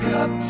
up